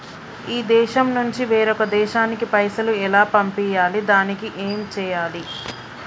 ఈ దేశం నుంచి వేరొక దేశానికి పైసలు ఎలా పంపియ్యాలి? దానికి ఏం చేయాలి?